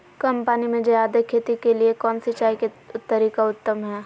कम पानी में जयादे खेती के लिए कौन सिंचाई के तरीका उत्तम है?